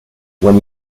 when